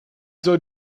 soll